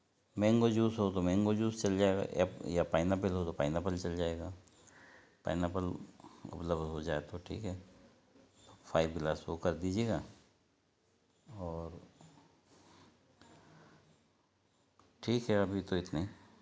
mango juice हो तो mango juice चल जाएगा या या पाइनएप्पल हो तो पाइनएप्पल चल जाएगा पाइनएप्पल उपलब्ध हो जाए तो ठीक है फाइव ग्लास वो कर दीजिएगा और ठीक है अभी तो इतनी